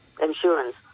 insurance